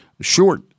short